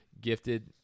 gifted